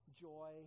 joy